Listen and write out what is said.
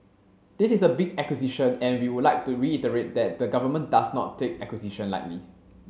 this is a big acquisition and we would like to reiterate that the government does not take acquisition lightly